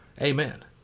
Amen